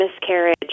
miscarriage